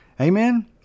Amen